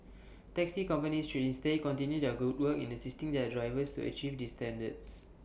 taxi companies should instead continue their good work in assisting their drivers to achieve these standards